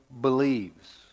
believes